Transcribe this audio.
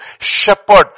Shepherd